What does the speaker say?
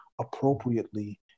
appropriately